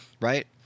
Right